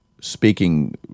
speaking